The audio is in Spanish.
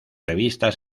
revistas